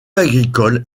agricole